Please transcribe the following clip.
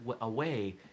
away